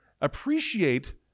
appreciate